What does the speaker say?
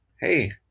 Hey